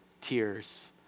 tears